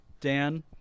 Dan